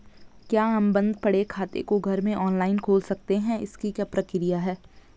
क्या हम बन्द पड़े खाते को घर में ऑनलाइन खोल सकते हैं इसकी क्या प्रक्रिया है?